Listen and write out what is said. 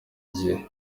gihe